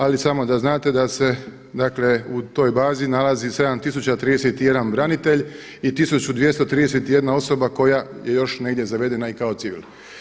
Ali samo da znate da se dakle u toj bazi nalazi 7031 branitelj i 1231 osoba koja je još negdje zavedena i kao civil.